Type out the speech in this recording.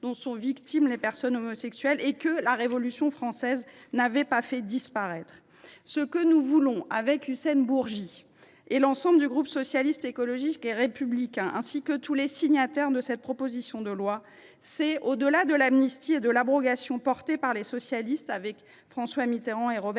dont ont été victimes les personnes homosexuelles, oppressions que la Révolution française n’avait pas fait disparaître. Ce que nous voulons, avec Hussein Bourgi, l’ensemble du groupe Socialiste, Écologiste et Républicain, et tous les signataires de cette proposition de loi, au delà de l’amnistie et de l’abrogation défendues par les socialistes, derrière François Mitterrand et Robert